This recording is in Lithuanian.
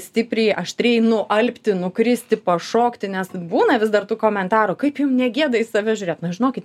stipriai aštriai nualpti nukristi pašokti nes būna vis dar tų komentarų kaip jum negėda į save žiūrėt na žinokit